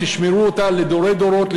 תשמרו אותה לדורי דורות,